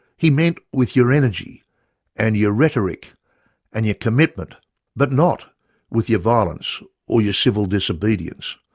he meant with your energy and your rhetoric and your commitment but not with your violence or your civil disobedience.